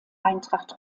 eintracht